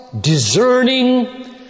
discerning